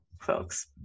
folks